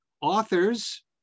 authors